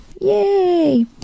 Yay